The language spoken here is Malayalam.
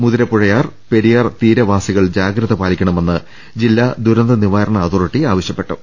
മുതിരപ്പുഴയാർ പെരിയാർ തീരവാസികൾ ജാഗ്രതപാലിക്കണമെന്ന് ജില്ലാ ദുരന്തനിവാരണ അതോറിറ്റി ആവശ്യ പ്പെട്ടു